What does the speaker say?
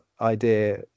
idea